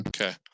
Okay